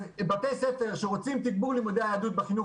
אז בתי ספר שרוצים תיגבור לימודי יהדות בחינוך